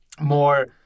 more